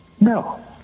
No